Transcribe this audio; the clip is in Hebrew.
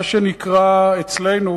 מה שנקרא אצלנו,